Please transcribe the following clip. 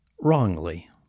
wrongly